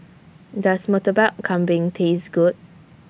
Does Murtabak Kambing Taste Good